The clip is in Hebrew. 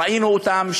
ראינו אותם,